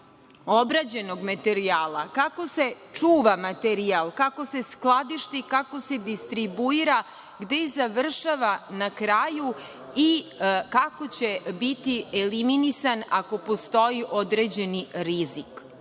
obrađenog materijala, kako se čuva materijal, kako se skladišti, kako se distribuira, gde završava na kraju i kako će biti eliminisan ako postoji određeni rizik.